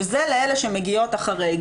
שזה לאלה שמגיעות אחרי.